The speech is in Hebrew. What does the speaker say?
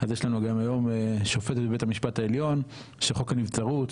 אז יש לנו גם היום שופט בבית המשפט העליון שחוק הנבצרות